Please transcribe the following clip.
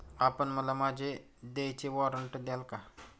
आपण मला माझे देयचे वॉरंट द्याल का?